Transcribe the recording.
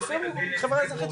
אופיר הוא החברה האזרחית,